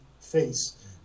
face